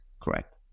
correct